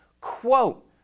Quote